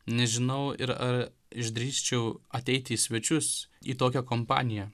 nežinau ir ar išdrįsčiau ateiti į svečius į tokią kompaniją